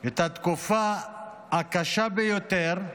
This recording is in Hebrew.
התקופה הקשה ביותר,